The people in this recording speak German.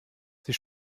sie